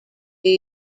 new